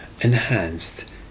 enhanced